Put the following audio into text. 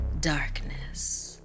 darkness